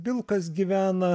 vilkas gyvena